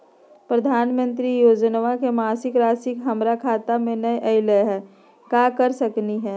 प्रधानमंत्री योजना के मासिक रासि हमरा खाता में नई आइलई हई, का कर सकली हई?